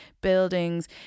buildings